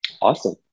Awesome